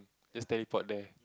just teleport there